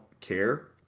care